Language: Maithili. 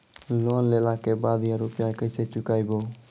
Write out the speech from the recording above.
लोन लेला के बाद या रुपिया केसे चुकायाबो?